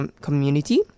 community